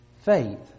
Faith